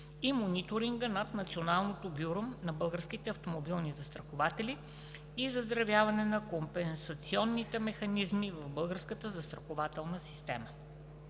и мониторинга над Националното бюро на българските автомобилни застрахователи, и заздравяване на компенсационните механизми в българската застрахователна система.